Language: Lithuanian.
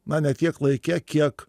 na ne tiek laike kiek